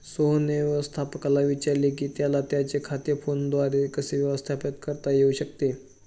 सोहनने व्यवस्थापकाला विचारले की त्याला त्याचे खाते फोनद्वारे कसे व्यवस्थापित करता येऊ शकते